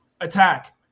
attack –